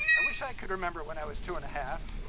i wish i could remember when i was two and a half